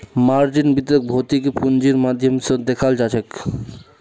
margin वित्तक भौतिक पूंजीर माध्यम स दखाल जाछेक